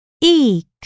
Eek